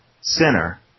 center